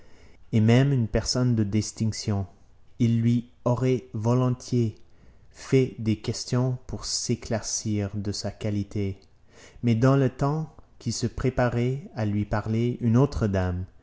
et même une personne de distinction il lui aurait volontiers fait des questions pour s'éclaircir de sa qualité mais dans le temps qu'il se préparait à lui parler une autre dame